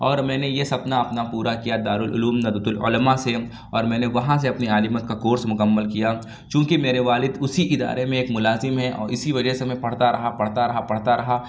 اور میں نے یہ سپنا اپنا پورا کیا دارالعلوم ندوۃ العلماء سے اور میں نے وہاں سے اپنی عالمیت کا کورس مکمل کیا چوں کہ میرے والد اُسی ادارے میں ایک ملازم ہیں اور اِسی وجہ سے میں پڑھتا رہا پڑھتا رہا پڑھتا رہا